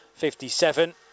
57